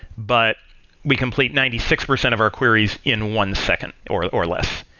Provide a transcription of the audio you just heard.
but we complete ninety six percent of our queries in one second or or less.